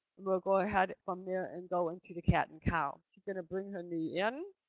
we'll go ahead from there and go into the cat and cow. she's going to bring her knee in